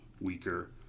weaker